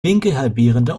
winkelhalbierende